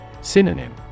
Synonym